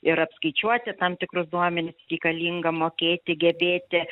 ir apskaičiuoti tam tikrus duomenis reikalinga mokėti gebėti